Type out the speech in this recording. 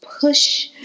push